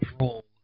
role